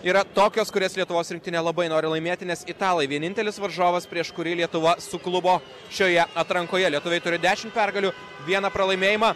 yra tokios kurias lietuvos rinktinė labai nori laimėti nes italai vienintelis varžovas prieš kurį lietuva su klubo šioje atrankoje lietuviai turi dešimt pergalių vieną pralaimėjimą